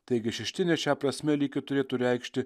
taigi šeštinės šia prasme lyg ir turėtų reikšti